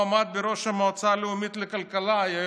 והוא נחשב לאחד האוטוריטות בכל העולם,